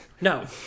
No